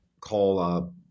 call